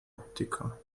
optiker